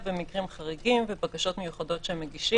במקרים חריגים ובקשות מיוחדות שמגישים.